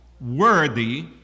worthy